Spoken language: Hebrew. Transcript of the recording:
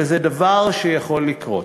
וזה דבר שיכול לקרות,